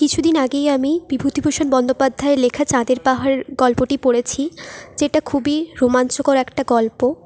কিছু দিন আগেই আমি বিভূতিভূষণ বন্দ্যোপাধ্যায়ের লেখা চাঁদের পাহাড় গল্পটি পড়েছি যেটা খুবই রোমাঞ্চকর একটা গল্প